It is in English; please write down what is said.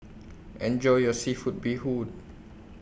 Enjoy your Seafood Bee Hoon